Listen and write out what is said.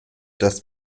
das